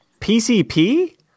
PCP